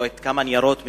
או כמה ניירות ממנו,